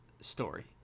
story